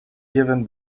given